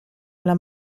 alla